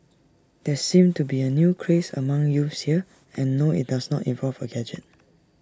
there seems to be A new craze among youths here and no IT does not involve A gadget